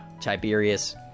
Tiberius